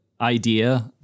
idea